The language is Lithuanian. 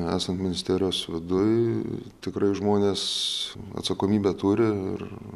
esant ministerijos viduj tikrai žmonės atsakomybę turi ir